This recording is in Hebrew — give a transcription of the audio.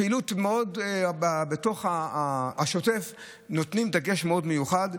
פעילות בשוטף שעליה נותנים דגש מאוד מיוחד.